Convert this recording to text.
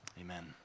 Amen